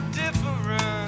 different